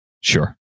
Sure